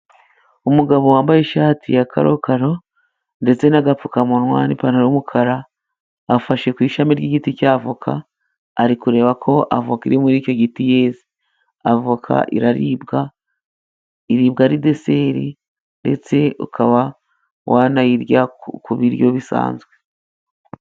Umugabo wambaye ishati ya karokaro， ndetse n'agapfukamunwa n'ipantaro y'umukara， afashe ku ishami ry'igiti cya voka，ari kureba ko avoka iri muri icyo giti yeze. Avoka iraribwa， iribwa ari deseri， ndetse ukaba wanayirya ku biryo bisanzwe.